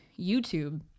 YouTube